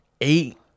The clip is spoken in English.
eight